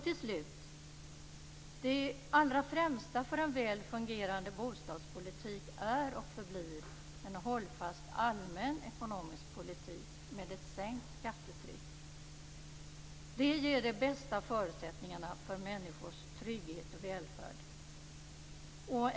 Till slut: Det allra främsta för en väl fungerande bostadspolitik är, och förblir, en hållfast allmän ekonomisk politik med sänkt skattetryck. Det ger bästa förutsättningarna för människors trygghet och välfärd.